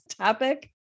topic